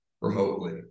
remotely